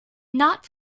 not